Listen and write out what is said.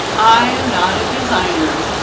i am not a designer.